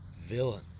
villain